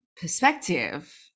perspective